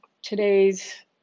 today's